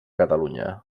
catalunya